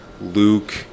Luke